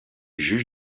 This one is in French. juge